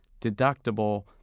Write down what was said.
deductible